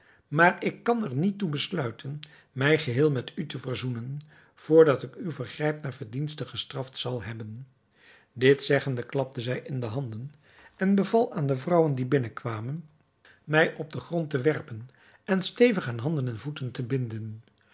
maar ik kan er niet toe besluiten mij geheel met u te verzoenen vr dat ik uw vergrijp naar verdienste gestraft zal hebben dit zeggende klapte zij in de handen en beval aan de vrouwen die binnenkwamen mij op den grond te werpen en stevig aan handen en voeten te binden